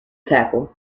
tackle